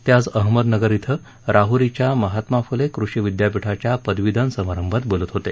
ते आज अहमदनगर ि राहूरीच्या महात्मा फुले कृषी विद्यापीठाच्या पदवीदान समारंभात बोलत होते